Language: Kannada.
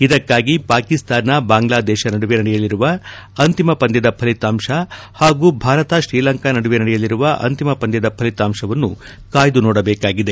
ಇದಕ್ಕಾಗಿ ಪಾಕಿಸ್ತಾನ ಬಾಂಗ್ಲಾದೇಶ ನಡುವೆ ನಡೆಯಲಿರುವ ಅಂತಿಮ ಪಂದ್ಯದ ಫಲಿತಾಂಶ ಹಾಗೂ ಭಾರತ ತ್ರೀಲಂಕಾ ನಡುವೆ ನಡೆಯಲಿರುವ ಅಂತಿಮ ಪಂದ್ಯದ ಫಲಿತಾಂಶವನ್ನು ಕಾಯ್ದುನೋಡಬೇಕಾಗಿದೆ